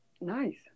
Nice